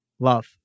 Love